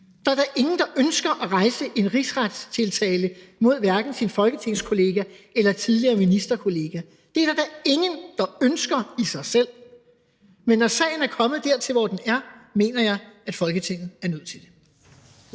Der er da ingen, der ønsker at rejse en rigsretstiltale mod hverken sin folketingskollega eller tidligere ministerkollega. Det er der da ingen der ønsker i sig selv. Men når sagen er kommet dertil, hvor den er, mener jeg, at Folketinget er nødt til det.